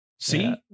See